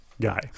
guy